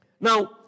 Now